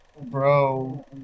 Bro